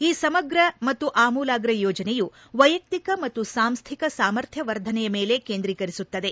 ಈ ಸಮಗ ಮತ್ತು ಆಮೂಲಾಗ ಯೋಜನೆಯು ವೈಯಕ್ತಿಕ ಮತ್ತು ಸಾಂಸ್ಥಿಕ ಸಾಮರ್ಥ್ಯ ವರ್ಧನೆಯ ಮೇಲೆ ಕೇಂದ್ರೀಕರಿಸುತ್ತದೆ